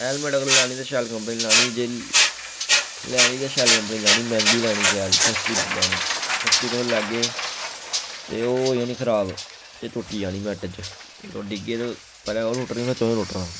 helmet अगर लानी ते शैल कंपनी दी लानी जे लैनी ते शैल कंपनी दी लैनी मैंह्गी लैनी शैल सस्ती निं लैनी सस्ती तुस लैगे ते ओह् होई जानी खराब ते टुट्टी जानी मैंट्ट च डिग्गे ते पैह्लें ओह्र टुट्टनी फ्ही तुहें टुट्टना